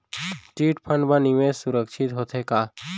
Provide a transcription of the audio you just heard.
Chit fund मा निवेश सुरक्षित होथे का?